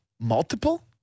multiple